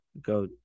go